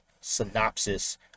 synopsis